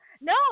No